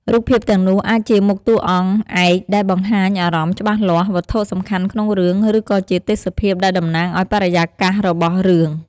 រូបភាពទាំងនោះអាចជាមុខតួអង្គឯកដែលបង្ហាញអារម្មណ៍ច្បាស់លាស់ វត្ថុសំខាន់ក្នុងរឿង ឬក៏ជាទេសភាពដែលតំណាងឱ្យបរិយាកាសរបស់រឿង ។